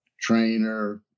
trainer